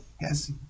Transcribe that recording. Yes